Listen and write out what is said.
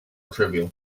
trivial